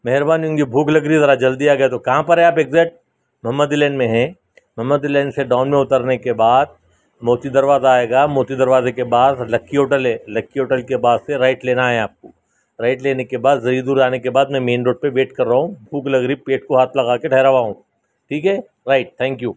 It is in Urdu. مہربانی ہوگی بھوک لگ رہی ہے ذرا جلدی آگیے تو کہاں پر ہیں آپ ایکزیٹ محمدی لین ميں ہے محمدى لين سے ڈاؤن ميں اترنے كے بعد موتى دروازہ آئے گا موتی دروازے کے بعد لکی ہوٹل ہے لکی ہوٹل کے بعد سے رائٹ لینا ہے آپ کو رائٹ لینے کے بعد ذرا دور آنے کے بعد میں مین روڈ پہ ویٹ کر رہا ہوں بھوک لگ رہی پیٹ کو ہاتھ لگا کے ٹھہرا ہوا ہوں ٹھیک ہے رائٹ تھینک یو